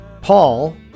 Paul